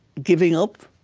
giving up,